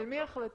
של מי ההחלטות?